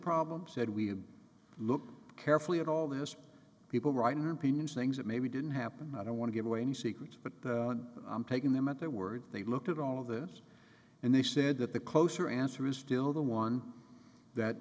problem said we look carefully at all those people writing opinions things that maybe didn't happen i don't want to give away any secrets but i'm taking them at their word they looked at all of this and they said that the closer and threw still the one that